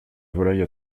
volaille